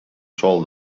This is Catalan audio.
sòl